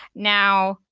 now,